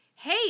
hey